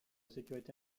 sécurité